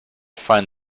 find